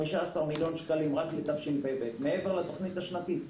15,000,000 ₪ רק לתשפ"ב מעבר לתוכנית השנתית.